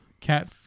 Cat